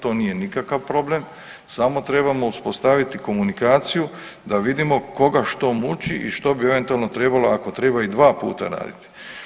To nije nikakav problem samo trebamo uspostaviti komunikaciju, da vidimo koga što muči i što bi eventualno trebalo ako treba i dva puta raditi.